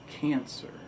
cancer